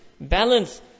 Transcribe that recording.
Balance